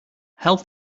help